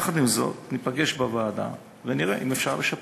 יחד עם זאת, ניפגש בוועדה ונראה אם אפשר לשפר.